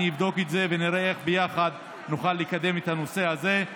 אני אבדוק את זה ונראה איך ביחד נוכל לקדם את הנושא הזה.